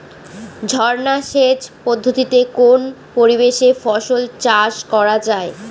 ঝর্না সেচ পদ্ধতিতে কোন পরিবেশে ফসল চাষ করা যায়?